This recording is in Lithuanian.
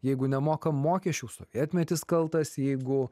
jeigu nemokam mokesčių sovietmetis kaltas jeigu